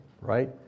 right